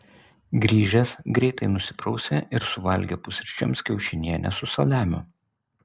grįžęs greitai nusiprausė ir suvalgė pusryčiams kiaušinienę su saliamiu